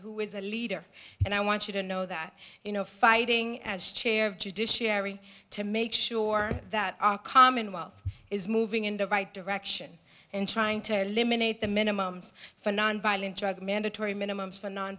who is a leader and i want you to know that you know fighting as chair of judiciary to make sure that our commonwealth is moving in the right direction and trying to eliminate the minimum for nonviolent drug mandatory minimum